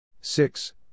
six